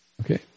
Okay